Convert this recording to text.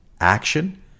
action